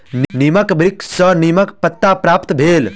नीमक वृक्ष सॅ नीमक पात प्राप्त भेल